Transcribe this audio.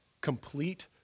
Complete